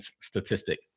statistic